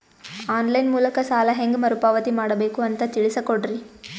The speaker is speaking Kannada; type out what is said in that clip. ಆನ್ ಲೈನ್ ಮೂಲಕ ಸಾಲ ಹೇಂಗ ಮರುಪಾವತಿ ಮಾಡಬೇಕು ಅಂತ ತಿಳಿಸ ಕೊಡರಿ?